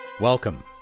Welcome